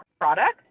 product